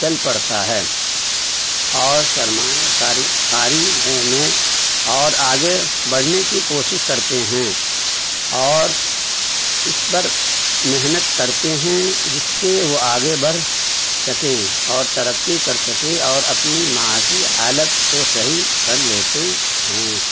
چل پڑتا ہے اور سرمایہ کاری کاری ہیں میں اور آگے بڑھنے کی کوشش کرتے ہیں اور اس پر محنت کرتے ہیں جس سے وہ آگے بڑھ سکیں اور ترقی کر سکیں اور اپنی معاشی حالت کو صحیح کر لیتے ہیں